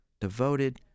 devoted